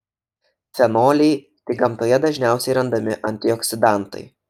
fenoliai tai gamtoje dažniausiai randami antioksidantai